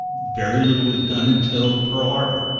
very little was done until pearl harbor,